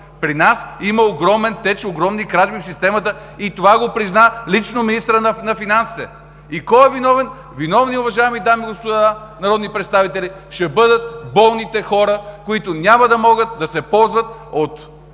При нас има огромен теч, огромни кражби в системата и това го призна лично министърът на финансите. И кой е виновен? Виновни, уважаеми дами и господа народни представители, ще бъдат болните хора, които няма да могат да се ползват от